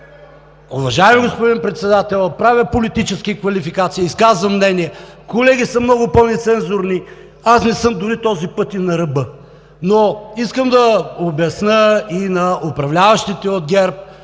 уважаеми господин Председател, правя политически квалификации, изказвам мнение. Колеги са много по-нецензурни. Аз не съм този път дори и на ръба! Искам да обясня и на управляващите от ГЕРБ